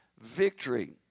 victory